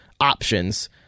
options